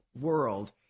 world